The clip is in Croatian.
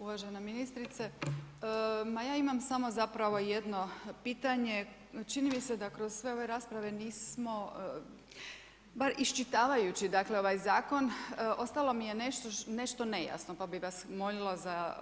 Uvažena ministrice, ma ja imam samo zapravo jedno pitanje, čini mi se da kroz sve ove rasprave nismo, bar iščitavajući dakle ovaj zakon ostalo mi je nešto nejasno pa bih vas molila za